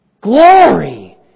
Glory